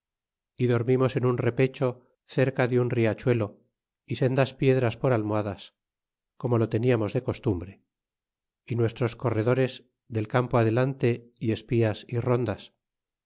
y dormimos en un repecho cerca de un riachuelo y sendas piedras por almohadas como lo tentamos de costumbre y nuestros corredores del campo adelante y espías y rondas